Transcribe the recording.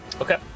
Okay